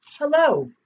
Hello